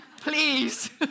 please